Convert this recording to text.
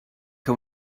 que